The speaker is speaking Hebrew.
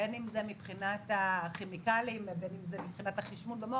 בין אם זה מבחינת הכימיקלים ובין אם זה מבחינת החשמול במוח.